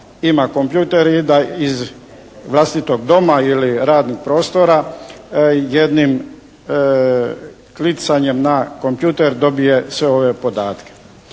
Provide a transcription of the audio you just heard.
ima kompjuter i da iz vlastitog doma ili radnih prostora jednim klicanjem na kompjuter dobije sve ove podatke.